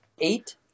eight